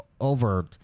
over